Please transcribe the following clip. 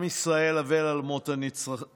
עם ישראל אבל על מות הנרצחים.